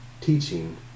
teaching